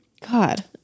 God